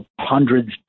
hundreds